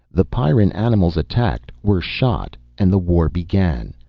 the pyrran animals attacked, were shot, and the war began.